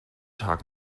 tag